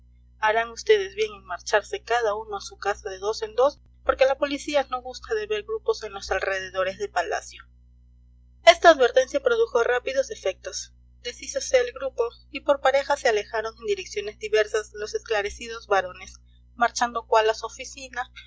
harán vds bien en marcharse cada uno a su casa de dos en dos porque la policía no gusta de ver grupos en los alrededores de palacio esta advertencia produjo rápidos efectos deshízose el grupo y por parejas se alejaron en direcciones diversas los esclarecidos varones marchando cuál a su oficina